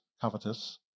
covetous